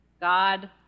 God